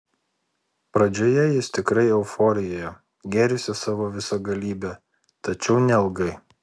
pradžioje jis tikrai euforijoje gėrisi savo visagalybe tačiau neilgai